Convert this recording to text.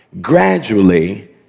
gradually